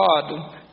God